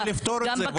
בואו ננסה לפתור את זה.